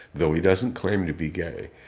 though he doesn't claim to be gay.